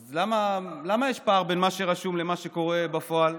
אז למה יש פער בין מה שרשום למה שקורה בפועל?